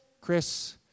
Chris